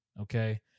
Okay